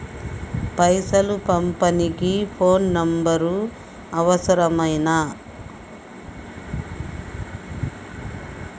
పైసలు పంపనీకి phone number అవసరమేనా?